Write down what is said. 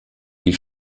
die